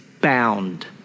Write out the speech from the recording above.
bound